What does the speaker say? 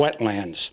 wetlands